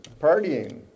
partying